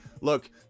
Look